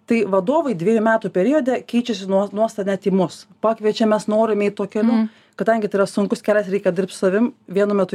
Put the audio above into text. tai vadovai dviejų metų periode keičiasi nuos nuostatą net į mus pakviečia mes norim eit tuo keliu kadangi tai yra sunkus kelias ir reikia dirbt su savim vienu metu